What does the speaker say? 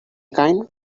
kind